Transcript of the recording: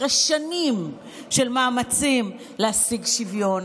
אחרי שנים של מאמצים להשיג שוויון.